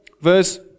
verse